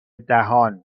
دهان